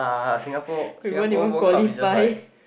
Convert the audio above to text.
we won't even qualify